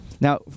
Now